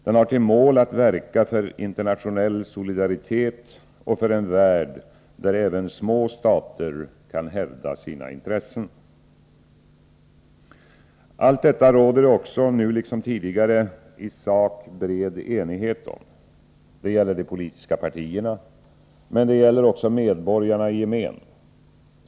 Den har till mål att verka för internationell solidaritet och för en värld, där även små stater kan hävda sina intressen. Allt detta råder det också, nu liksom tidigare, i sak bred enighet om. Det gäller de politiska partierna. Men det gäller också medborgarna i gemen.